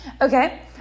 Okay